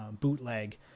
bootleg